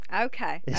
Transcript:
Okay